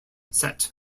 set